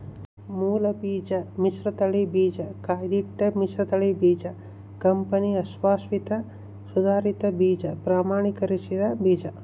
ಮೂಲಬೀಜ ಮಿಶ್ರತಳಿ ಬೀಜ ಕಾಯ್ದಿಟ್ಟ ಮಿಶ್ರತಳಿ ಬೀಜ ಕಂಪನಿ ಅಶ್ವಾಸಿತ ಸುಧಾರಿತ ಬೀಜ ಪ್ರಮಾಣೀಕರಿಸಿದ ಬೀಜ